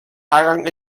hagan